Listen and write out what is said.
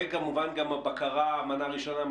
וכמובן הבקרה מנה ראשונה,